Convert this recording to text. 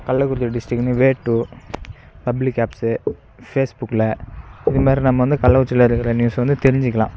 கள்ளக்குறிச்சி டிஸ்ட்ரிக்குனு way two public apps ஃபேஸ்புக்கில் இதுமாதிரி நம்ம வந்து கள்ளக்குறிச்சியில் இருக்கிற நியூஸ் வந்து தெரிஞ்சிக்கலாம்